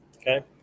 Okay